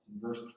verse